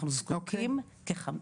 אנחנו זקוקים --- אוקיי,